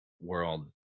world